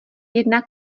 jedna